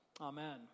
Amen